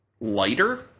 lighter